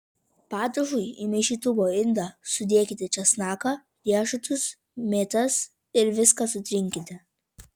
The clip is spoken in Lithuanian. padažui į maišytuvo indą sudėkite česnaką riešutus mėtas ir viską sutrinkite